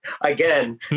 Again